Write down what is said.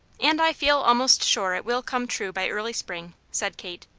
and i feel almost sure it will come true by early spring, said kate.